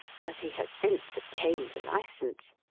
but he has since obtained a licence,